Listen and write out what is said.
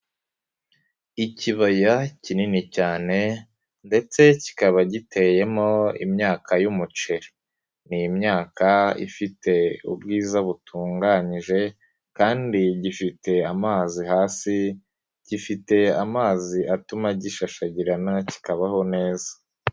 Ikibaya kinini cyane ndetse kikaba giteyemo imyaka y'umuceri. Ni imyaka ifite ubwiza butunganyije kandi gifite amazi hasi, gifite amazi atuma gishashagirana, kikabaho neza.